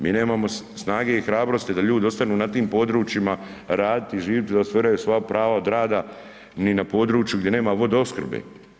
Mi nemamo snage i hrabrosti da ljudi ostanu na tim područjima raditi i živjeti da ostvaraju svoja prava od rada ni na području gdje nama vodoopskrbe.